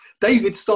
David